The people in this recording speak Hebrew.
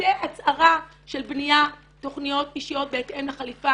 עושה הצהרה של בניית תכניות אישיות בהתאם לחליפה,